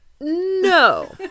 No